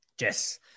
Yes